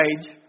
page